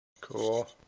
Cool